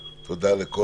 תודה על כל